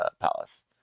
Palace